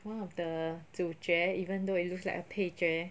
one of the 主角 even though it looks like a 配角